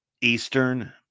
Eastern